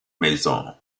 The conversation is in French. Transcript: maison